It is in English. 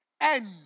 End